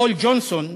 פול ג'ונסון אמר: